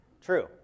True